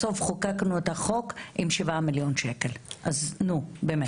בסוף חוקקנו את החוק עם 7 מיליון ₪, אז נו באמת.